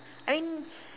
I mean